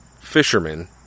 fishermen